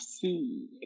see